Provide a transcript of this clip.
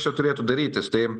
čia turėtų darytis tai